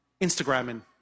Instagramming